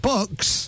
Books